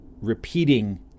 repeating